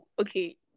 okay